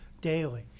daily